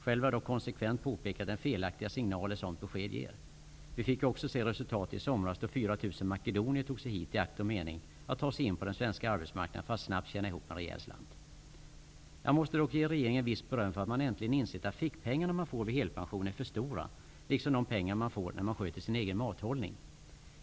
Själv har jag dock konsekvent påpekat den felaktiga signal ett sådant besked ger. Vi fick ju också se resultatet i somras då 4 000 makedonier tog sig hit i akt och mening att ta sig in på den svenska arbetsmarknaden för att snabbt tjäna ihop en rejäl slant. Jag måste dock ge regeringen visst beröm för att den äntligen insett att de fickpengar man får vid helpension är för stora liksom de pengar man får när man sköter sin egen mathållning.